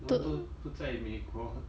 我们都不在美国